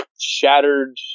shattered